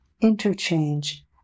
interchange